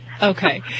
Okay